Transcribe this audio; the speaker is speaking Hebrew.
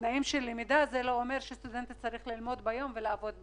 תנאים של למידה לא אומר שסטודנט צריך ללמוד ביום ולעבוד בלילה.